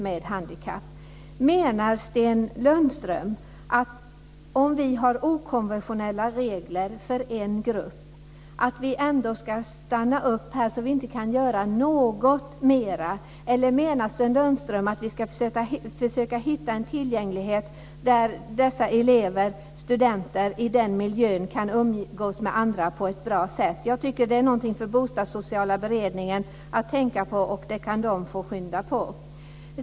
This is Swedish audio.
Menar Sten Lundström att om vi har okonventionella regler för en grupp att vi ändå ska stanna upp här så att vi inte kan göra något mer, eller menar Sten Lundström att vi ska försöka åstadkomma en tillgänglighet så att dessa studenter i den miljön kan umgås med andra på ett bra sätt? Jag tycker att det är något för den bostadssociala beredningen att tänka på, och det kan den få skynda på.